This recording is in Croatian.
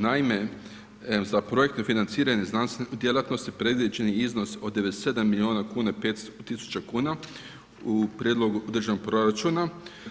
Naime, za projektno financiranje znanstvenih djelatnosti predviđen je iznos od 97 milijuna kuna i 500 000 kuna u prijedlogu državnog proračuna